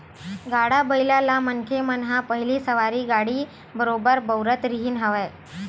गाड़ा बइला ल मनखे मन ह पहिली सवारी गाड़ी बरोबर बउरत रिहिन हवय